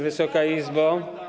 Wysoka Izbo!